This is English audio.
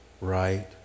right